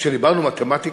כשדיברנו מתמטיקה,